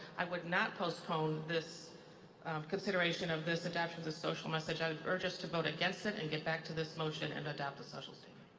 i would not postpone this consideration of this adoption of the social message. i'd urge us to vote against it and get back to this motion and adopt a social so